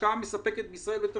לכך שאין השקעה מספקת בישראל בתשתיות,